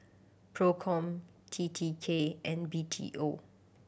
Procom T T K and B T O